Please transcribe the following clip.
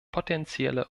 potenzielle